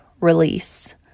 release